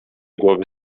głowy